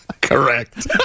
Correct